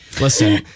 Listen